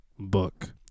book